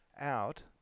out